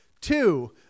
Two